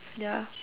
ya